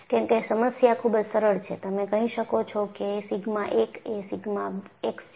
કેમકે સમસ્યા ખૂબ જ સરળ છે તમે કહી શકો છો કે સિગ્મા 1 એ સિગ્મા x છે